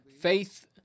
faith